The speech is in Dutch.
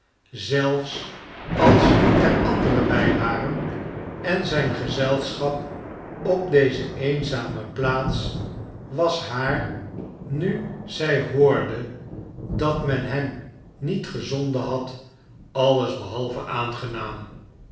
zelfs als er anderen bij waren en zijn gezelschap op deze eenzame plaats was haar nu zij hoorde dat men hem niet gezonden had alles behalve aangenaam